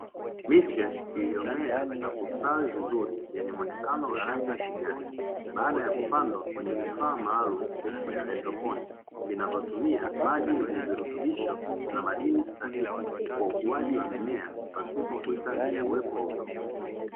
Miche iliyomea na kustawi vizuri yenye muonekano wa rangi ya kijani baada ya kupandwa kwenye vifaa maalumu vya haidroponi vinavyotumia maji yenye virutubisho na madini stahiki kwa ukuaji wa mimea pasipo kuhitaji uwepo wa udongo.